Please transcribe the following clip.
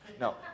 No